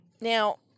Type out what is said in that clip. now